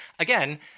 Again